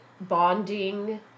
bonding